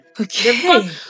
Okay